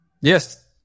Yes